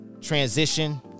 transition